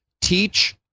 teach